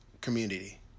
community